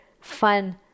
fun